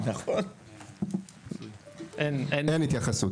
אין התייחסות.